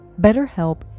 BetterHelp